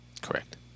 Correct